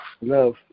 love